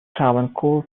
travancore